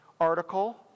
article